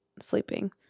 sleeping